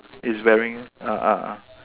is wearing ah ah ah